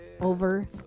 Over